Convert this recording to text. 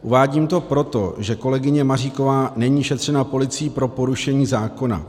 Uvádím to proto, že kolegyně Maříková není šetřena policií pro porušení zákona.